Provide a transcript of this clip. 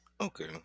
Okay